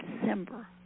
December